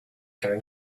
going